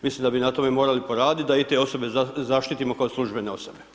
Mislim da bi na tome morali poraditi da i te osobe zaštitimo kao službene osobe.